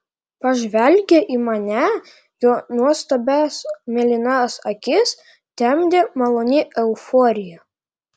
pažvelgė į mane jo nuostabias mėlynas akis temdė maloni euforija